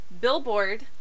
Billboard